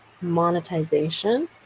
monetization